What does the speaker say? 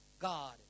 God